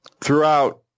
throughout